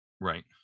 right